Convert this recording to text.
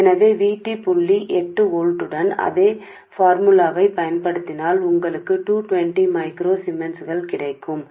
కాబట్టి మీరు VT point ఎనిమిది వోల్టు ఉండటం అదే ఫార్ములా దరఖాస్తు లేకపోతే మీరు 220 సూక్ష్మ సిమెన్స్ పొందుతారు